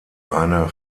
eine